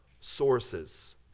sources